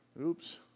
Oops